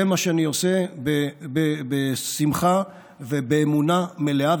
זה מה שאני עושה בשמחה ובאמונה מלאה,